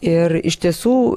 ir iš tiesų